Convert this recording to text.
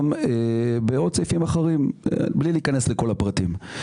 זה גם בעוד סעיפים אחרים מבלי להיכנס לכל הפרטים.